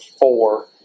four